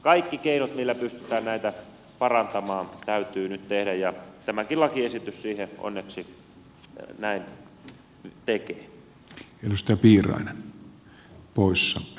kaikki keinot millä pystytään näitä parantamaan täytyy nyt tehdä ja tämäkin lakiesitys onneksi näin tekee